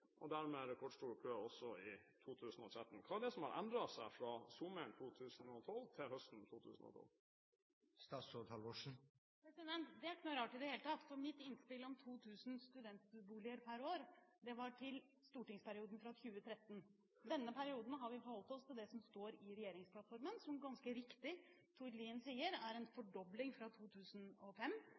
og dermed er det rekordstor kø også i 2013. Hva er det som har endret seg fra sommeren 2012 til høsten 2012? Det er ikke noe rart i det hele tatt, for mitt innspill om 2 000 studentboliger per år gjaldt stortingsperioden fra 2013. Denne perioden har vi forholdt oss til det som står i regjeringsplattformen, som Tord Lien ganske riktig sier er en fordobling fra 2005: